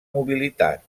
mobilitat